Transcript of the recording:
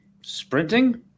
Sprinting